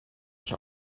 ich